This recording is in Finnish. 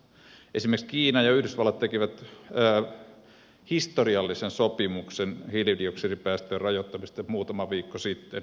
esimerkiksi kiina ja yhdysvallat tekivät historiallisen sopimuksen hiilidioksidipäästöjen rajoittamisesta muutama viikko sitten